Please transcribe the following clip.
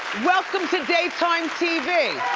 welcome to daytime tv.